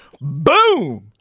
Boom